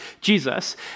jesus